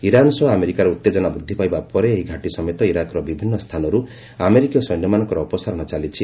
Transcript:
Iran ସହ ଆମେରିକାର ଉତ୍ତେଜନା ବୃଦ୍ଧି ପାଇବା ପରେ ଏହି ଘାଟି ସମେତ ଇରାକର ବିଭିନ୍ନ ସ୍ଥାନରୁ ଆମେରିକୀୟ ସୈନ୍ୟମାନଙ୍କର ଅପସାରଣ ଚାଲିଛି